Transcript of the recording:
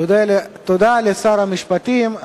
תודה לשר המשפטים.